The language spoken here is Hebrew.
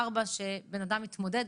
ארבע שאדם מתמודד.